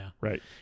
Right